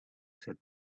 said